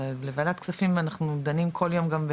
אבל בוועדת כספים אנחנו דנים כל יום,